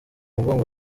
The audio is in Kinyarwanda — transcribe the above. mugongo